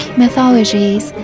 mythologies